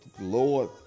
Lord